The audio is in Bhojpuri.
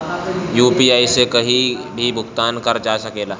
यू.पी.आई से कहीं भी भुगतान कर जा सकेला?